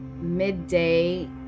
Midday